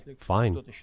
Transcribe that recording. fine